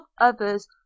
others